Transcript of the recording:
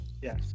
Yes